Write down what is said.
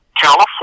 California